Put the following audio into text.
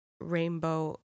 rainbow